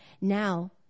now